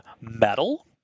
metal